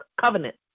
covenant